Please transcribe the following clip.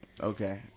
Okay